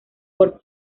por